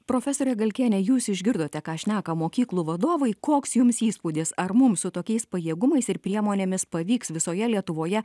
profesore galkiene jūs išgirdote ką šneka mokyklų vadovai koks jums įspūdis ar mum su tokiais pajėgumais ir priemonėmis pavyks visoje lietuvoje